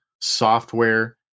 software